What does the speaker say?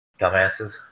dumbasses